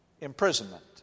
imprisonment